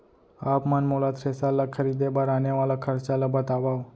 आप मन मोला थ्रेसर ल खरीदे बर आने वाला खरचा ल बतावव?